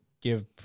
give